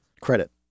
credit